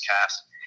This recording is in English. cast